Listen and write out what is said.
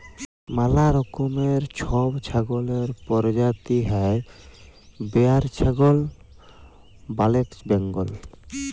ম্যালা রকমের ছব ছাগলের পরজাতি হ্যয় বোয়ার ছাগল, ব্যালেক বেঙ্গল